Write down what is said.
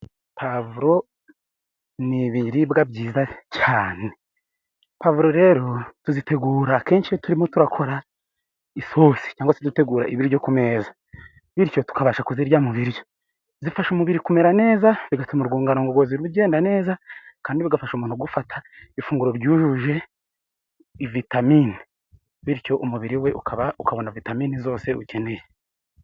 Pavuro ni ibiribwa byiza cyane. Pavuro rero, tuzitegura akenshi iyo turimo turakora isosi cyangwa se dutegura ibiryo ku meza. Bityo tubasha kuzirya mu biryo. Zifasha umubiri kumera neza, zigatuma urwungano ngogozi rugenda neza, kandi bigafasha umuntu gufata ifunguro ryujuje vitamine. Bityo umubiri we ukabona vitamine zose ukeneye.